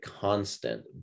constant